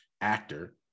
actor